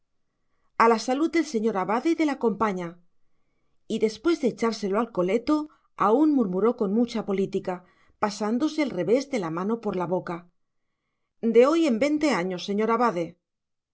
a la salud del señor abade y la compaña y después de echárselo al coleto aún murmuró con mucha política pasándose el revés de la mano por la boca de hoy en veinte años señor abade